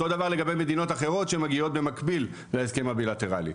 אותו דבר לגבי מדינות אחרות שבאות במקביל להסכם הבילטרלי,